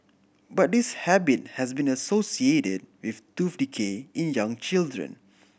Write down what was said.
but this habit has been associated with tooth decay in young children